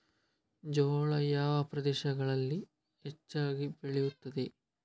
ಜೋಳ ಯಾವ ಪ್ರದೇಶಗಳಲ್ಲಿ ಹೆಚ್ಚಾಗಿ ಬೆಳೆಯುತ್ತದೆ?